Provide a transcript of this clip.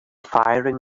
firing